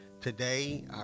today